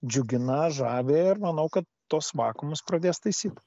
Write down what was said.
džiugina žavi ir manau kad tuos vakuumus pradės taisyt